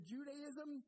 Judaism